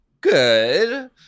Good